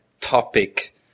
topic